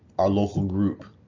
our local group.